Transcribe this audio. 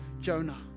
Jonah